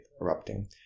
erupting